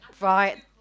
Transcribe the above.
Right